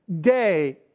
day